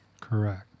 Correct